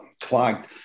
clogged